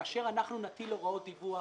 כאשר אנחנו נטיל הוראות דיווח,